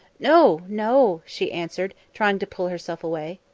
no, no, she answered, trying to pull herself away.